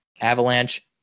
Avalanche